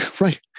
Right